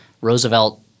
Roosevelt